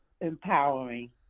empowering